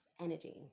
energy